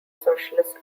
socialist